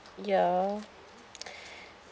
ya